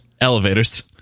Elevators